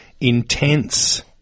intense